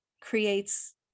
creates